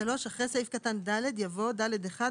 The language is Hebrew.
אחרי סעיף קטן (ד) יבוא: "(ד1)